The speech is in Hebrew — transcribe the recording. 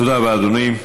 תודה רבה, אדוני.